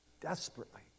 desperately